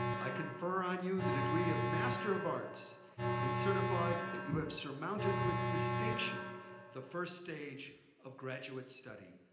i confer on you the degree of master of arts and certify that you have surmounted with distinction the first stage of graduate study.